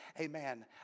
amen